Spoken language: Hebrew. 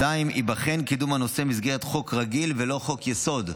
2. ייבחן קידום הנושא במסגרת חוק רגיל ולא בחוק-יסוד,